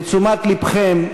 לתשומת לבכם,